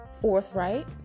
forthright